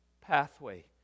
pathway